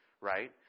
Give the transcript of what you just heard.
right